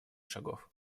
шагов